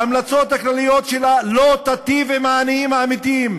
ההמלצות הכלליות שלה לא ייטיבו עם העניים האמיתיים,